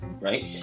right